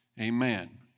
Amen